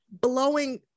blowing